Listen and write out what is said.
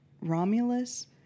Romulus